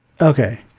okay